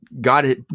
God